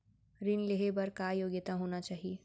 ऋण लेहे बर का योग्यता होना चाही?